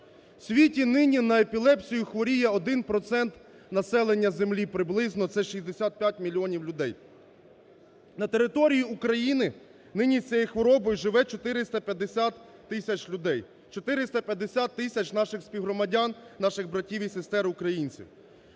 світі нині на епілепсію хворіє один процент населення Землі, приблизно це 65 мільйонів людей. На території України нині з цією хворобою живе 450 тисяч людей. 450 тисяч наших співгромадян, наших братів і сестер українців.